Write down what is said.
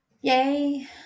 yay